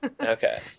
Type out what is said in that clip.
Okay